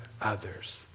others